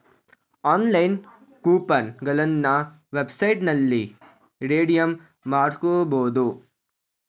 online coupon ಗಳನ್ನ ವೆಬ್ಸೈಟ್ನಲ್ಲಿ redeem ಮಾಡ್ಕೋಬಹುದು